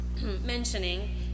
mentioning